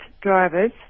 drivers